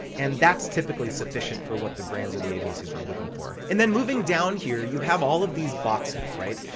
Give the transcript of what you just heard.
and that's typically sufficient for what the brands or the agencies are looking for. and then moving down here, you have all of these boxes, right?